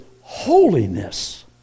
holiness